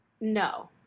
No